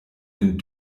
den